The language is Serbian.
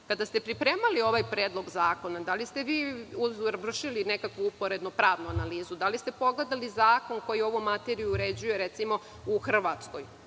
kada ste pripremali ovaj predlog zakona, da li ste vršili nekakvu uporedno pravnu analizu, da li ste pogledali zakon koji ovu materiju uređuje u Hrvatskoj,